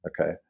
Okay